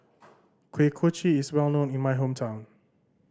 Kuih Kochi is well known in my hometown